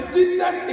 Jesus